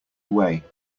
away